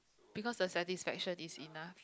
because the satisfaction is enough